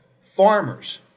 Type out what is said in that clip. farmers